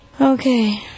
Okay